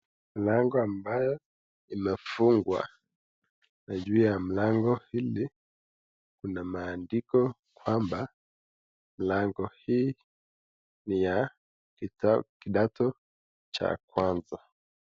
Mlango ambayo imefungwa, na juu ya mlango hili kuna maandiko kwamba mlango hii ni ya kidato cha kwanza.